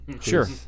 Sure